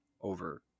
over